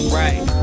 right